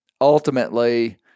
ultimately